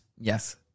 Yes